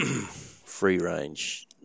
free-range